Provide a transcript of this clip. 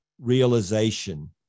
realization